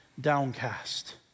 downcast